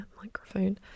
microphone